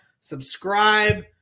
Subscribe